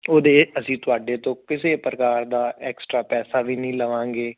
ਉਹਦੇ ਅਸੀਂ ਤੁਹਾਡੇ ਤੋਂ ਕਿਸੇ ਪ੍ਰਕਾਰ ਦਾ ਐਕਸਟਰਾ ਪੈਸਾ ਵੀ ਨਹੀਂ ਲਵਾਂਗੇ